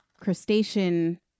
crustacean